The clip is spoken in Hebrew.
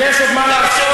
יש עוד מה לעשות.